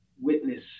witness